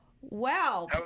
wow